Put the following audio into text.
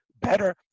better